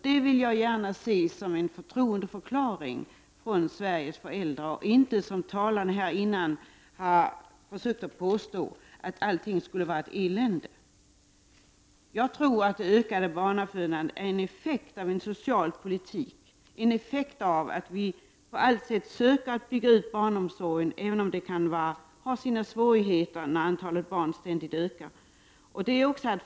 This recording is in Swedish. Det vill jag gärna se som en förtroendeförklaring från Sveriges föräldrar och inte, som de tidigare talarna har försökt påstå, som att allting skulle vara ett elände. Jag tror att det ökade barnafödandet är en effekt av socialpolitiken, en effekt av att vi på allt sätt söker att bygga ut barnomsorgen, även om det kan ha sina svårigheter när antalet barn ständigt ökar.